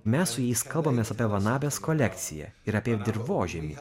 mes su jais kalbamės apie van abės kolekciją ir apie dirvožemį